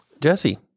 Jesse